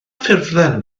ffurflen